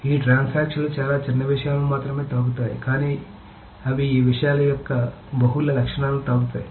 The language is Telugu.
ఈ ట్రాన్సాక్షన్ లు చాలా చిన్న విషయాలను మాత్రమే తాకుతాయి కానీ అవి ఈ విషయాల యొక్క బహుళ లక్షణాలను తాకుతాయి